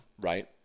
right